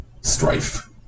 strife